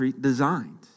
designed